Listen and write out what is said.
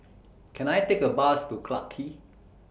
Can I Take A Bus to Clarke Quay